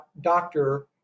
doctor